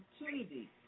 opportunity